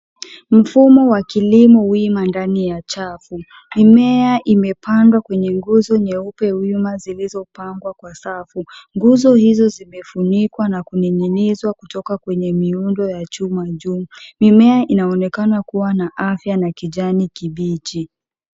Mfumo wa kilimo wima ndani ya chafu. Mimea imepandwa kwenye nguzo nyeupe wima zilizopangwa kwa safu. Nguzo hizo zimefunikwa na kuning'inizwa kutoka kwenye miundo ya chuma juu. Mimea inaonekana kuwa na afya na kijani kibichi.